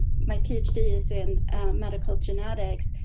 my pitch is in medical genetics,